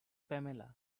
pamela